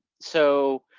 so